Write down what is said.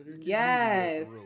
Yes